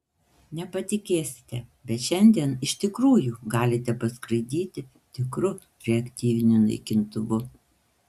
nepatikėsite bet šiandien iš tikrųjų galite paskraidyti tikru reaktyviniu naikintuvu